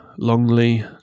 Longley